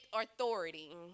authority